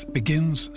begins